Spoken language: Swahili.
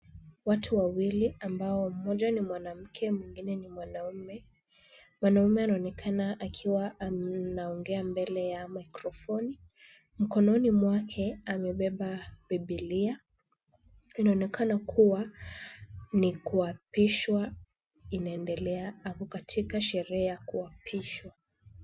Watu wawili ambao mmoja ni mwanamke mwingine ni mwanaume. Mwanaume anaonekana akiwa anaongea mbele ya [s] microphone . Mkononi mwake amebeba bibilia. Inaonekana kuwa ni kuapishwa inaendelea, ako katika sherehe ya kuapishwa.